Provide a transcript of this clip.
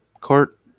Court